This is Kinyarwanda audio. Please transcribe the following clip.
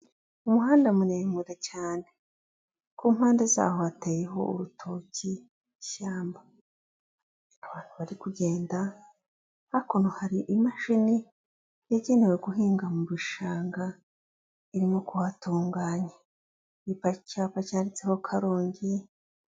Umuhanda muremure cyane ku mpande zaho hateyeho urutoki, ishyamba, abantu bari kugenda, hakuno hari imashini yagenewe guhinga mu bishanga, irimo kuhatunganya, imbere hari icyapa cyanditseho Karongi.